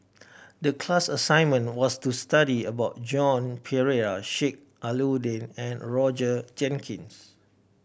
the class assignment was to study about Joan Pereira Sheik Alau'ddin and Roger Jenkins